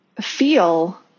feel